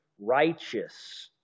righteous